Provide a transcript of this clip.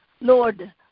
Lord